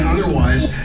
Otherwise